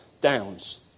downs